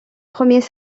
premiers